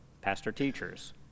pastor-teachers